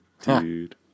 Dude